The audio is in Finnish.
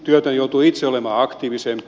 työtön joutuu itse olemaan aktiivisempi